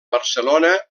barcelona